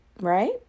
right